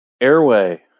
airway